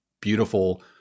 beautiful